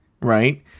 right